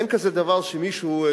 אין כזה דבר שמישהו,